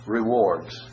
Rewards